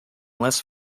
less